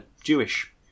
Jewish